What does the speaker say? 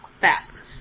fast